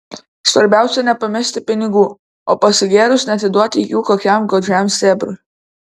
svarbiausia nepamesti pinigų o pasigėrus neatiduoti jų kokiam godžiam sėbrui